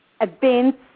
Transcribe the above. events